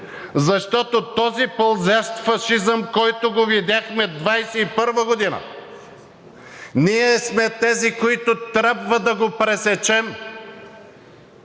защото този пълзящ фашизъм, който го видяхме – 2021 г., ние сме тези, които трябва да го пресечем